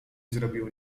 zrobił